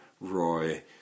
Roy